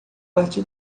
parte